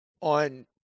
on